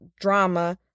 drama